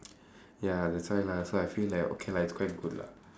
ya that's why lah so I feel like okay lah it's quite good lah